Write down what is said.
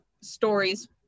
stories